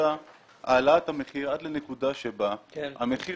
משמעותה העלאת המחיר עד לנקודה בה המחיר